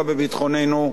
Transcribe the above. בלי לפגוע בביטחוננו,